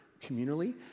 communally